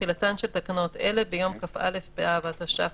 תחילתן של תקנות אלה ביום כ"א באב התש"ף